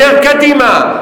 יותר קדימה,